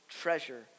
treasure